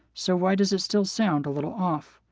so why does it still sound a little off?